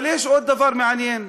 אבל יש עוד דבר מעניין: